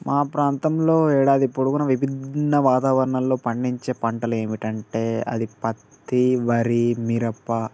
మా ప్రాంతంలో ఏడాది పొడుగునా విభిన్న వాతావరణంలో పండించే పంటలు ఏమిటి అంటే అది పత్తి వరి మిరప